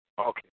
Okay